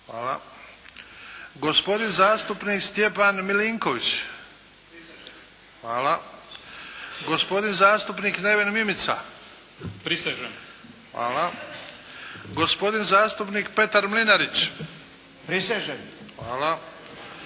gospodin zastupnik Stjepan Milinković – prisežem, gospodin zastupnik Neven Mimica – prisežem, gospodin zastupnik Petar Mlinarić – prisežem,